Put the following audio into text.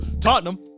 Tottenham